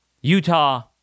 Utah